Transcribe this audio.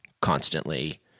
constantly